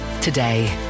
today